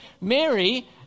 mary